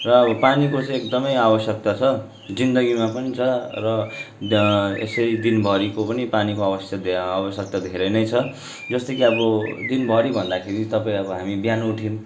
र अब पानीको चाहिँ एकदमै आवश्यकता छ जिन्दगीमा पनि छ र ज यसै दिनभरिको पानीको आवश्य आवश्यकता धेरै नै छ जस्तै कि अब दिनभरि भन्दाखेरि तपाईँ अब हामी बिहान उठौँ